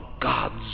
God's